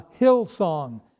Hillsong